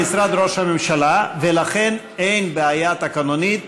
סגן השר במשרד ראש הממשלה, ולכן אין בעיה תקנונית